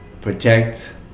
protect